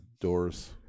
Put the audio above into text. doors